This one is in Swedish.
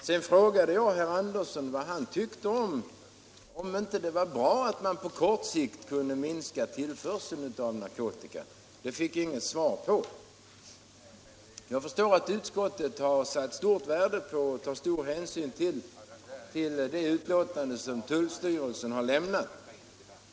Jag frågade om inte herr Andersson tyckte att det vore bra om man på kort sikt kunde minska tillförseln av narkotika. Jag fick inget svar. Jag förstår att utskottet har tagit stor hänsyn till det utlåtande som tullstyrelsen lämnat.